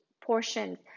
portions